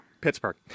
Pittsburgh